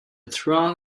throng